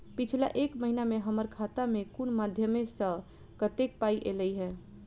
पिछला एक महीना मे हम्मर खाता मे कुन मध्यमे सऽ कत्तेक पाई ऐलई ह?